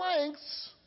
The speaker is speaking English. lengths